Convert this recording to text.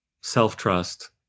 Self-trust